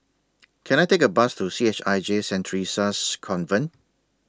Can I Take A Bus to C H I J Saint Theresa's Convent